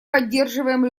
поддерживаем